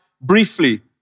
briefly